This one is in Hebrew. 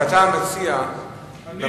אתה המציע, אני המציע.